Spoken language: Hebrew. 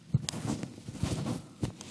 אדוני היושב-ראש, חבריי חברי הכנסת, אדוני